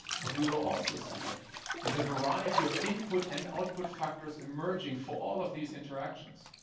we will also see is a variety of input and output factors emerging for all of these interactions.